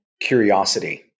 curiosity